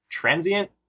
transient